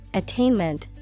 attainment